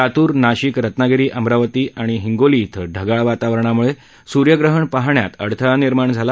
लातूरात नाशिक रत्नागिरी अमरावती हिंगोली इथं ढगाळ वातावरणाम्ळे सूर्यग्रहण पाहण्यात अडथळा निर्माण झाला